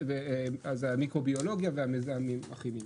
מיקרו ביולוגיים ושאריות חומרי הדברה,